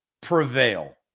prevail